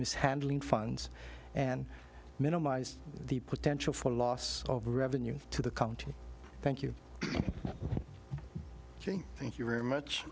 mishandling funds and minimize the potential for loss of revenue to the county thank you thank you very much